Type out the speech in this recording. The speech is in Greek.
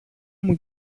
μου